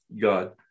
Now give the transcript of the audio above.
God